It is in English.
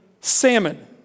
salmon